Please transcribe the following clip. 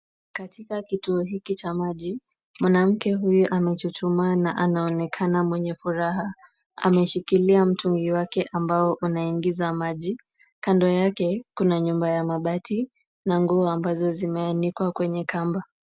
Katika kituo hiki cha maji, mwanamke huyu amechuchumaa na anaonekana mwenye furaha. Ameshikilia mtungi wake ambao unaingiza maji. Kando yake kuna nyumba ya mabati na nguo ambazo zimeanikwa kwenye kamba.